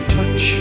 touch